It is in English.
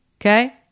Okay